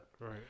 Right